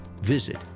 visit